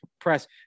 press